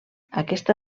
aquesta